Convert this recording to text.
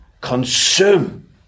consume